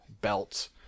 belt